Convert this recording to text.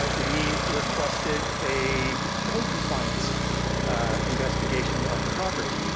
but we requested a code compliance investigation of the property.